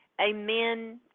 Amen